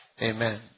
Amen